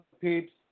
peeps